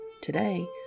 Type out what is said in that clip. Today